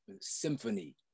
symphony